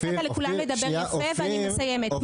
נתת לכולם לדבר יפה, ואני מסיימת.